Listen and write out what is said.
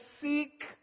seek